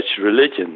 religion